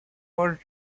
was